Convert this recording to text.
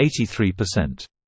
83%